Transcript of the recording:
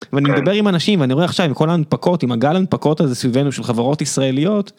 אני מדבר עם אנשים אני רואה עכשיו עם כל הנפקות עם הגל הנפקות הזה סביבנו של חברות ישראליות.